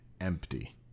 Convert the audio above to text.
empty